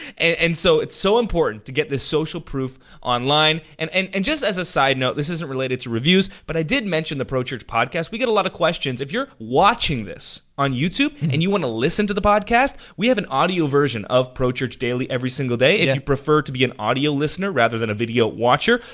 and so it's so important to get this social proof online. and and and just as a side note, this isn't related to reviews, but i did mention to pro church podcast. we get a lot of questions. if you're watching this on youtube and you want to listen to the podcast, we have an audio version of pro church daily every single day if you prefer to be an audio listening rather than a video watcher,